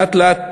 לאט לאט,